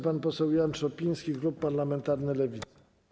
Pan poseł Jan Szopiński, klub parlamentarny Lewica.